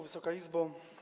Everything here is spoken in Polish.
Wysoka Izbo!